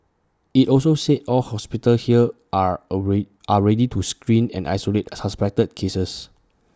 IT also said all hospitals here are aerie are ready to screen and isolate suspected cases